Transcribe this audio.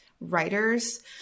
writers